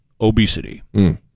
obesity